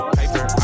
paper